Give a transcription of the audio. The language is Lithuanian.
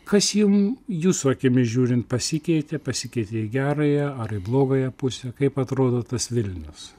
kas jum jūsų akimis žiūrint pasikeitė pasikeitė į gerąją ar į blogąją pusę kaip atrodo tas vilnius